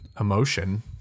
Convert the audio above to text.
emotion